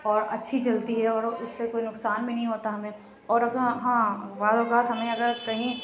اور اچھی چلتی ہے اور اُس سے کوئی نقصان بھی نہیں ہوتا ہمیں اور ہاں ہاں بعض اوقات ہمیں اگر کہیں